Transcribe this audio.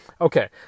Okay